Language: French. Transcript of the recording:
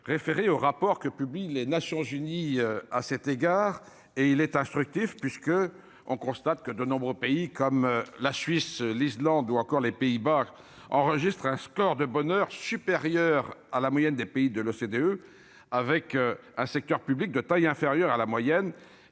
référer au rapport que publie les Nations unies à cet égard, et il est instructif puisque, on constate que de nombreux pays, comme la Suisse, l'Islande ou encore les Pays-Bas enregistrent un score de bonheur supérieur à la moyenne des pays de l'OCDE, avec un secteur public de taille inférieure à la moyenne